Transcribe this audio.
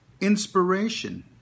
inspiration